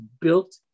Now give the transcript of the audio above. built